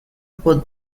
por